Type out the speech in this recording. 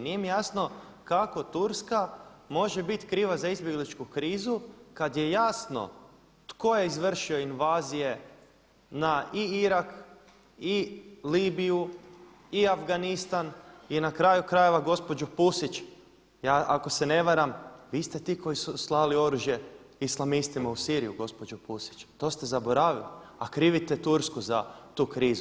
Nije mi jasno kako Turska može biti kriva za izbjegličku krizu kada je jasno tko je izvršio invazije na i Irak, i Libiju, i Afganistan i na kraju krajeva gospođo Pusić ako se ne varam vi ste ti koji su slali oružje islamistima u Siriju gospođo Pusić, to ste zaboravili, a krivite Tursku za tu krizu.